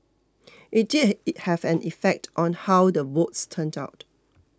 it did have an effect on how the votes turned out